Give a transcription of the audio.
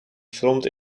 filmed